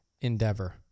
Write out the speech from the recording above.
endeavor